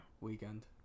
weekend